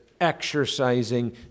exercising